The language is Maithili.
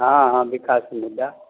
हँ हँ विकास मुद्दा